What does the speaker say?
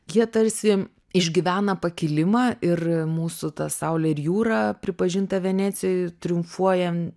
jie tarsi išgyvena pakilimą ir mūsų ta saulė ir jūra pripažinta venecijoj triumfuojam